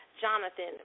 Jonathan